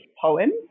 poem